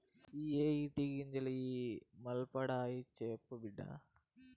ఇయ్యే టీ గింజలు ఇ మల్పండాయి, సెప్పు బిడ్డా